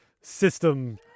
system